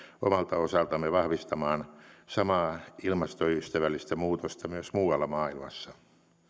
omalta osaltamme vahvistamaan samaa ilmastoystävällistä muutosta myös muualla maailmassa